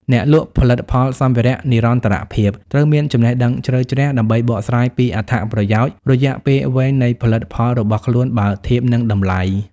អ្នកលក់ផលិតផលសម្ភារៈនិរន្តរភាពត្រូវមានចំណេះដឹងជ្រៅជ្រះ ដើម្បីបកស្រាយពីអត្ថប្រយោជន៍រយៈពេលវែងនៃផលិតផលរបស់ខ្លួនបើធៀបនឹងតម្លៃ។